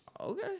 Okay